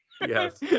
Yes